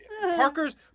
Parker's